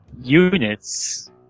units